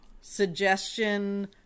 Suggestion